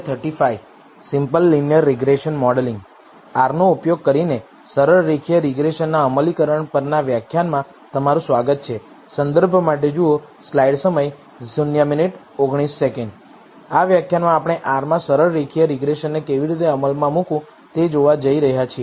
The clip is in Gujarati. R નો ઉપયોગ કરીને સરળ રેખીય રીગ્રેસનના અમલીકરણ પરના વ્યાખ્યાનમાં તમારું સ્વાગત છે આ વ્યાખ્યાનમાં આપણે Rમાં સરળ રેખીય રીગ્રેસનને કેવી રીતે અમલમાં મૂકવું તે જોવા જઈ રહ્યા છીએ